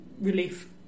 relief